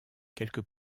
quelques